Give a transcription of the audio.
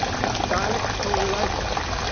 about dialectical relations.